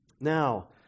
Now